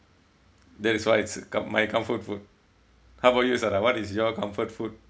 that is why it's a my comfort food how about you sala what is your comfort food